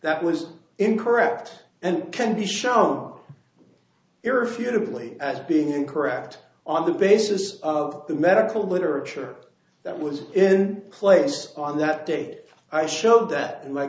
that was incorrect and can be shown irrefutably as being correct on the basis of the medical literature that was in place on that day i showed that